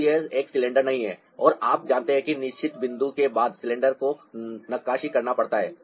तो यह एक सिलेंडर नहीं है और आप जानते हैं कि निश्चित बिंदु के बाद सिलेंडर को नक्काशी करना पड़ता है